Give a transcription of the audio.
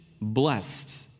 blessed